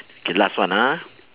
K last one ah